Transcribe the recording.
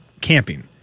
camping